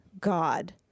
God